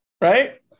Right